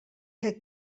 que